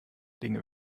dinge